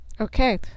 okay